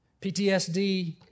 PTSD